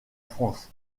france